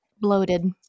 bloated